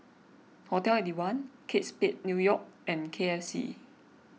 hotel eight one Kate Spade New York and K F C